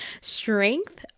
strength